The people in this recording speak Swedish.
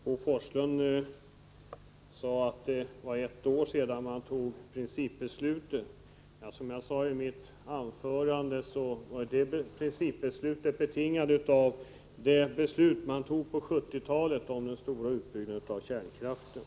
Herr talman! Bo Forslund sade att principbeslutet fattades för ett år sedan, men som jag sade i mitt förra anförande var detta betingat av det beslut man fattade på 1970-talet om den stora utbyggnaden av kärnkraften.